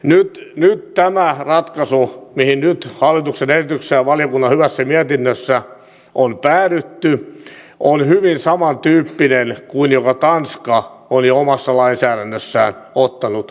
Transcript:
nyt tämä ratkaisu mihin nyt hallituksen esityksessä ja valiokunnan hyvässä mietinnössä on päädytty on hyvin samantyyppinen kuin minkä tanska on jo omassa lainsäädännössään ottanut käyttöön